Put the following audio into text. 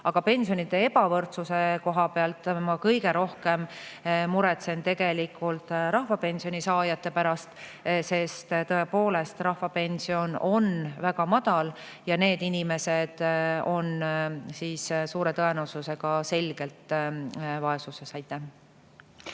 Aga pensionide ebavõrdsuse koha pealt ma kõige rohkem muretsen tegelikult rahvapensioni saajate pärast, sest tõepoolest, rahvapension on väga madal ja need inimesed on suure tõenäosusega selgelt vaesuses.